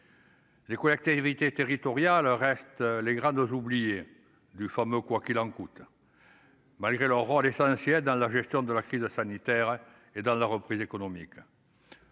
des collectivités territoriales, reste les grandes aux oubliés du fameux, quoi qu'il en coûte. Malgré leur rôle essentiel dans la gestion de la crise sanitaire et dans la reprise économique.